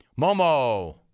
Momo